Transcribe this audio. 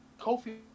Kofi